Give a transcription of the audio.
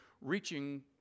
reaching